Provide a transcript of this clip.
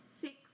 six